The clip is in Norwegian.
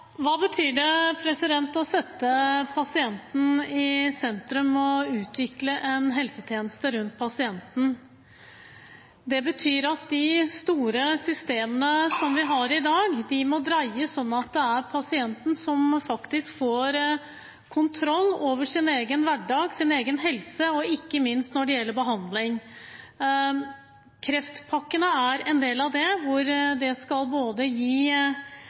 Hva betyr det å sette pasienten i sentrum og utvikle en helsetjeneste rundt pasienten? Det betyr at de store systemene som vi har i dag, må dreies slik at det er pasienten som faktisk får kontroll over sin egen hverdag, sin egen helse og ikke minst når det gjelder behandling. Kreftpakkene er en del av det, de skal både gi